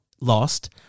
lost